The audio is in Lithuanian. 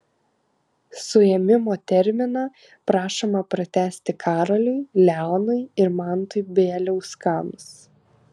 suėmimo terminą prašoma pratęsti karoliui leonui ir mantui bieliauskams